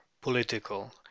political